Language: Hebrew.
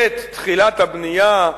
ט' תחילת הבנייה.